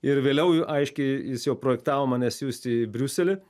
ir vėliau aiškiai jis jau projektavo mane siųsti į briuselį